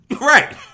Right